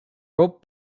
rope